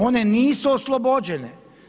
One nisu oslobođene.